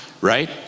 right